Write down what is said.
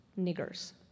niggers